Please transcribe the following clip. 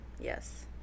Yes